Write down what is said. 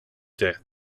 deaf